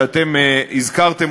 שאתם הזכרתם,